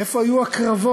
איפה היו הקרבות